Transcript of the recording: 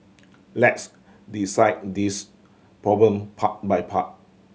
let's dissect this problem part by part